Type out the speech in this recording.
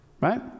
Right